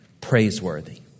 praiseworthy